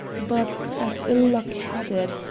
but, as ill-luck had it,